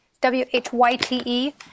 W-H-Y-T-E